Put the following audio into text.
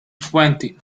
twenty